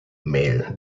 mail